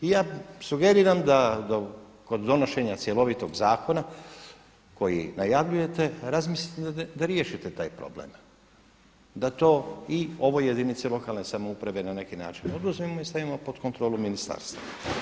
I ja sugeriram da kod donošenja cjelovitog zakona koji najavljujete razmislite da riješite taj problem, da to i ovoj jedinici lokalne samouprave na neki način oduzmemo i stavimo pod kontrolu ministarstva.